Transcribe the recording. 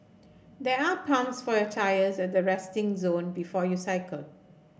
there are pumps for your tyres at the resting zone before you cycle